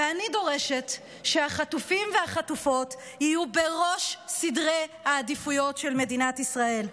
ואני דורשת שהחטופים והחטופות יהיו בראש סדרי העדיפויות של מדינת ישראל.